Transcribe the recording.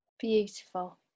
beautiful